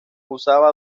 usaba